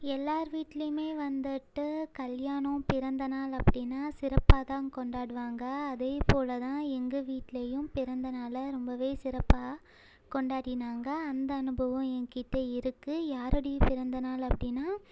எல்லார் வீட்லேயுமே வந்துட்டு கல்யாணம் பிறந்த நாள் அப்படின்னா சிறப்பாக தான் கொண்டாடுவாங்க அதேபோல் தான் எங்கள் வீட்லேயும் பிறந்த நாளை ரொம்பவே சிறப்பாக கொண்டாடினாங்க அந்த அனுபவம் எங்கிட்ட இருக்குது யாருடைய பிறந்த நாள் அப்படின்னா